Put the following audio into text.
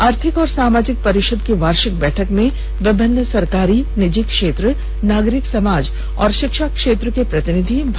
आर्थिक और सामाजिक परिषद की वार्षिक बैठक में विभिन्न सरकारी निजी क्षेत्र नागरिक समाज और शिक्षा क्षेत्र के प्रतिनिधि भाग ले रहे हैं